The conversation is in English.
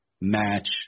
match